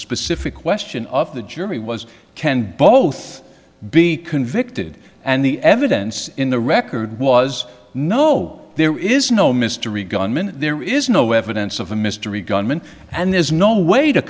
specific question of the jury was can both be convicted and the evidence in the record was no there is no mystery gunman there is no evidence of a mystery gunman and there's no way to